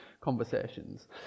conversations